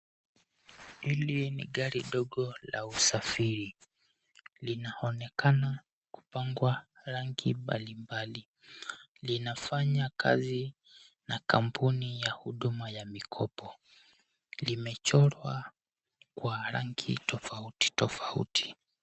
Hili ni gari ndogo la usafiri. Linaonekana kupakwa rangi mbalimbali. Linafanya kazi na kampuni ya huduma ya mikopo. Limechorwa kwa rangi tofauti tofauti.